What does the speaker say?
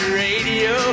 radio